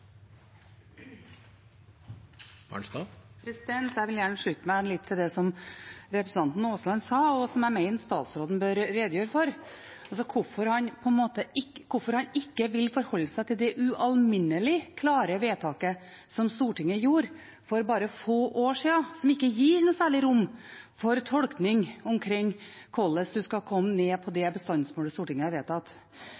Aasland sa, og som jeg mener statsråden bør redegjøre for, altså hvorfor han ikke vil forholde seg til det ualminnelig klare vedtaket som Stortinget gjorde for bare få år siden, og som ikke gir noe særlig rom for tolkning omkring hvordan en skal komme ned på det